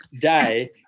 day